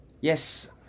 yes